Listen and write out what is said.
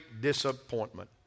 disappointment